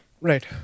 Right